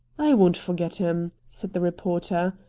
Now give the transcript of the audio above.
i won't forget him, said the reporter.